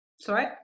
sorry